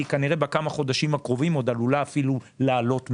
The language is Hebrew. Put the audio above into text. כנראה בכמה החודשים הקרובים היא עוד עלולה אפילו לעלות מעט,